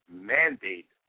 mandate